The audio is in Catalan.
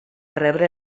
rebre